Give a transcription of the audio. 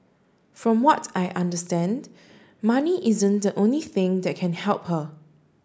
from what I understand money isn't the only thing that can help her